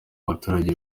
abaturage